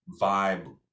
vibe